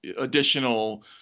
additional